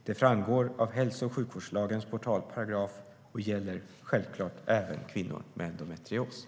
Det framgår av hälso och sjukvårdslagens portalparagraf och gäller självklart även kvinnor med endometrios.